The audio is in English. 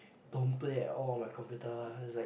don't play at all my computer it's like